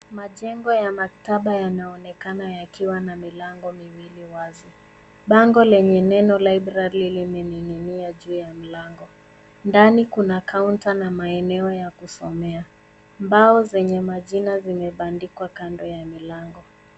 Majengo ya maktaba yanaonekana yakiwa na milango miwili wazi. Bango lenye neno Library limening'inia juu ya mlango. Ndani kuna kaunta na maeneo ya kusomea. Mbao zenye majina zimebandikwa kando ya milango.